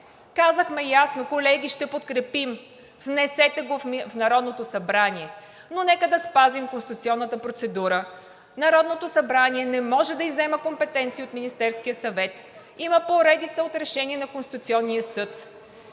казахме ясно: колеги, ще подкрепим, внесете го в Народното събрание, но нека да спазим конституционната процедура. Народното събрание не може да иззема компетенции от Министерския съвет, има поредица от решения на Конституционния съд.